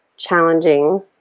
challenging